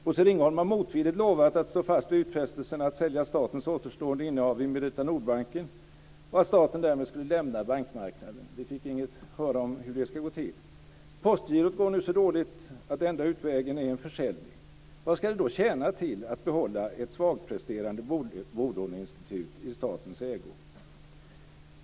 Bosse Ringholm har motvilligt lovat att stå fast vid utfästelsen att sälja statens återstående innehav i Merita Nordbanken och att staten därmed skulle lämna bankmarknaden. Vi fick inget höra om hur det ska gå till. Postgirot går nu så dåligt att enda utvägen är en försäljning. Vad ska det då tjäna till att behålla ett svagpresterande bolåneinstitut i statens ägo?